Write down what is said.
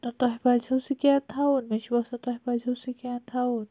نہِ تۄہہ پَزہیٚو سِکین تھاوُن مےٚ چھُ باسان تۄہہِ پَزہیٚو سِکین تَھاوُن